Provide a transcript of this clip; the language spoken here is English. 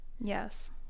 Yes